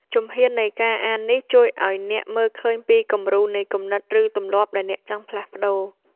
ជំហាននៃការអាននេះ ជួយឱ្យអ្នកមើលឃើញពីគំរូនៃគំនិត ឬទម្លាប់ដែលអ្នកចង់ផ្លាស់ប្តូរ។